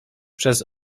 przez